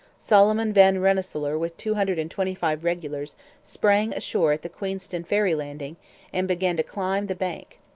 solomon van rensselaer with two hundred and twenty five regulars sprang ashore at the queenston ferry landing and began to climb the bank.